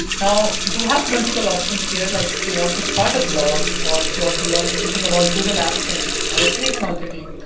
now you have multiple options here, like if you want to start a blog, or if you want to learn everything about google adsense or affiliate marketing,